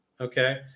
okay